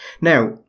Now